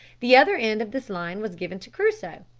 the other end of this line was given to crusoe,